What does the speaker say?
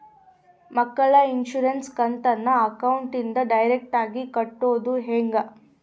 ಮಕ್ಕಳ ಇನ್ಸುರೆನ್ಸ್ ಕಂತನ್ನ ಅಕೌಂಟಿಂದ ಡೈರೆಕ್ಟಾಗಿ ಕಟ್ಟೋದು ಹೆಂಗ?